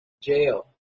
jail